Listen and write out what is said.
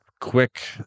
quick